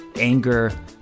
Anger